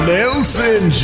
Nelson